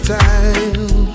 time